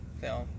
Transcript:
film